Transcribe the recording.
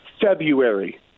February